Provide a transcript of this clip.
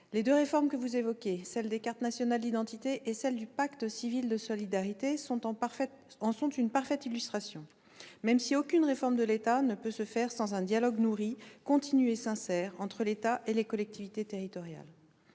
Les deux réformes que vous évoquez, celle des cartes nationales d'identité et celle du pacte civil de solidarité, en sont une parfaite illustration, même si aucune réforme de l'État ne peut se faire sans un dialogue nourri, continu et sincère entre l'État et les collectivités territoriales.